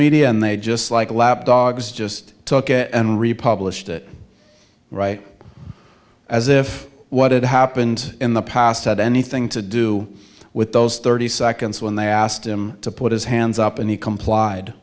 media and they just like lapdogs just took it and republished it right as if what had happened in the past had anything to do with those thirty seconds when they asked him to put his hands up and he complied